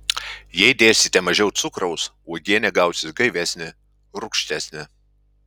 jei dėsite mažiau cukraus uogienė gausis gaivesnė rūgštesnė